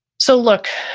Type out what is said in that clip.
so look,